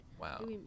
Wow